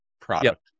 product